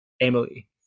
emily